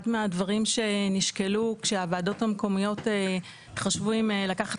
אחד מהדברים שנשקלו כשהוועדות המקומיות חשבו האם לקחת